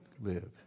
live